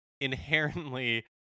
inherently